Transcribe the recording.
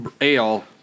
ale